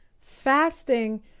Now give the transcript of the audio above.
Fasting